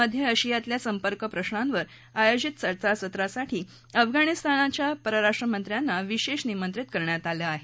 मध्य आशियातल्या संपर्क प्रश्नावर आयोजित सत्रासाठी अफगाणिस्तानच्या परराष्ट्रमंत्र्यांना विशेष आमंत्रित करण्यात आलं आहे